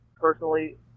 personally